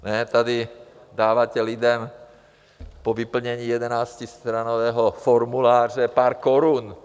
Ne, tady dáváte lidem po vyplnění 11stránkového formuláře pár korun.